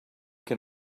can